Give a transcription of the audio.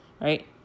right